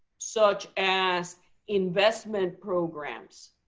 such as investment programs,